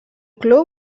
club